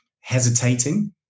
hesitating